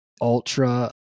ultra